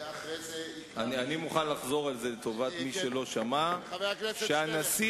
אני מוכן לחזור על זה לטובת מי שלא שמע: הנשיא